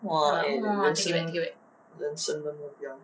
!wah! eh 人生人生的目标